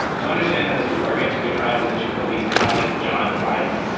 to understand how this would work, i took a drive with jacoby's colleague john reilly.